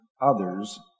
others